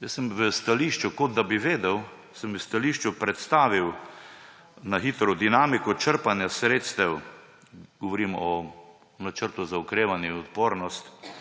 Jaz sem v stališču, kot da bi vedel, sem v stališču na hitro predstavil dinamiko črpanja sredstev. Govorim o načrtu za okrevanje in odpornost.